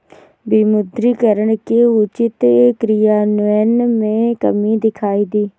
विमुद्रीकरण के उचित क्रियान्वयन में कमी दिखाई दी